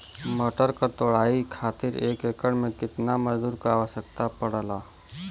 मटर क तोड़ाई खातीर एक एकड़ में कितना मजदूर क आवश्यकता पड़ेला?